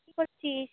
কী করছিস